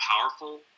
powerful